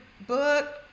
book